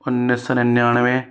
उन्नीस सौ निन्यानवे